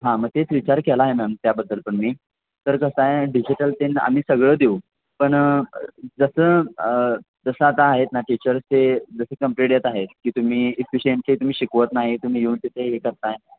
हां मग तेच विचार केला आहे मॅम त्याबद्दल पण मी तर कसं आहे डिजिटल त्यानं आम्ही सगळं देऊ पण जसं जसं आता आहेत ना टीचर्सचे जसं कंप्लीट येत आहेत की तुम्ही इफिशिंटली तुम्ही शिकवत नाही तुम्ही येऊन तिथे हे करत आहे